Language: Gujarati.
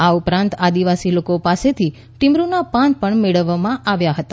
આ ઉપરાંત આદિવાસી લોકો પાસેથી ટીમરૂનાં પાન પણ મેળવવામાં આવ્યાં હતા